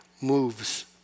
moves